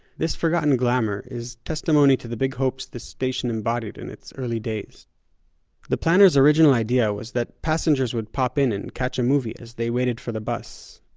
this forgotten glamour is testimony to the big hopes this station embodied in its early days the planners' original idea was that passengers would pop in and catch a movie as they waited for the bus.